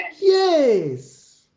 Yes